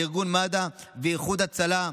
לארגון מד"א ואיחוד הצלה,